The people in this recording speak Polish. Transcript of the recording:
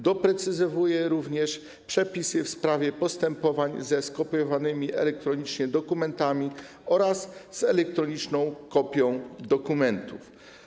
Doprecyzowuje również przepisy w sprawie postępowań ze skopiowanymi elektronicznie dokumentami oraz z elektroniczną kopią dokumentów.